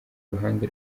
ruhande